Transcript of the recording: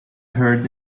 hurt